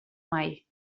mai